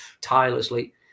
tirelessly